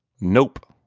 nope!